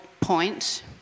point